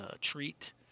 treat